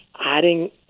adding